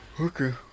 Okay